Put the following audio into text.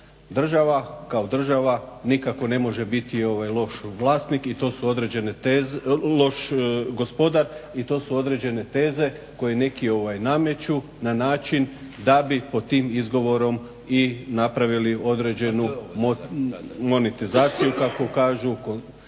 Država kao država ne može nikako biti loš gospodar i to su određene teze koji neki nameću na način da bi pod tim izgovorom napravili određenu monetizaciju kako kažu ili